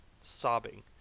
sobbing